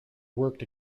worked